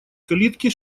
калитки